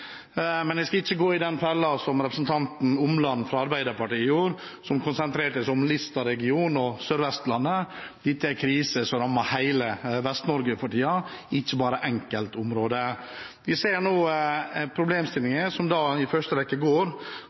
men jeg skal ikke gå i den fella som representanten Omland fra Arbeiderpartiet gjorde, som konsentrerte seg om Lista-regionen og Sør-Vestlandet. Dette er en krise som rammer hele Vest-Norge for tiden, ikke bare enkeltområder. Vi ser nå problemstillinger som i første rekke går